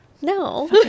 No